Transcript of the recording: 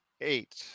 Eight